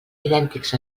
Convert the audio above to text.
idèntics